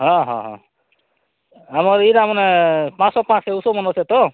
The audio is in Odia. ହଁ ହଁ ହଁ ଆମର୍ ଏଇଟା ମାନେ ପାଞ୍ଚଶହ ପାଞ୍ଚଶହ ଔଷଧ ମନେ ଅଛି ତ